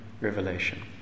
revelation